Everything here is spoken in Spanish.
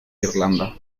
irlanda